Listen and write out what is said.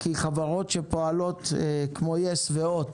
כי חברות שפועלות כמו יס והוט